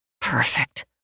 Perfect